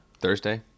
Thursday